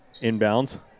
inbounds